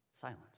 Silence